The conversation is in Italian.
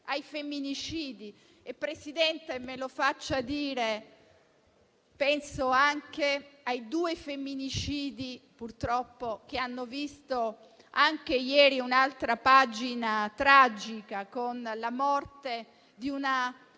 ai femminicidi. Signor Presidente, me lo faccia dire: penso anche ai due femminicidi che hanno scritto ieri un'altra pagina tragica, con la morte di una